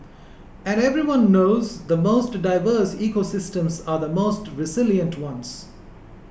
and everyone knows the most diverse ecosystems are the most resilient ones